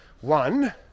One